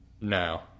No